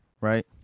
right